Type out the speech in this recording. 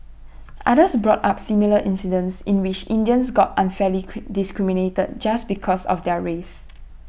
others brought up similar incidents in which Indians got unfairly discriminated just because of their race